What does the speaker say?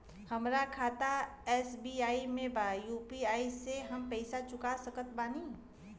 हमारा खाता एस.बी.आई में बा यू.पी.आई से हम पैसा चुका सकत बानी?